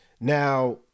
Now